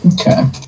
Okay